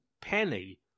penny